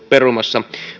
perumassa